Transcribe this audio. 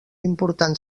important